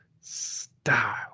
style